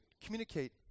communicate